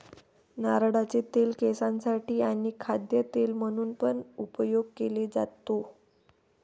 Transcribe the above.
नारळाचे तेल केसांसाठी आणी खाद्य तेल म्हणून पण उपयोग केले जातो